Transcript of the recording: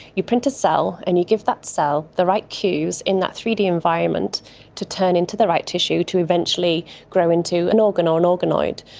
you print a cell and you give that cell the right cues in that three d environment to turn into the right tissue to eventually grow into an organ or an organoid.